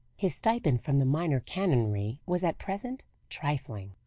his stipend from the minor canonry was at present trifling.